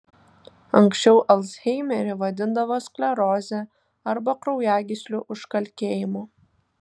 anksčiau alzheimerį vadindavo skleroze arba kraujagyslių užkalkėjimu